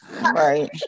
right